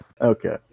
Okay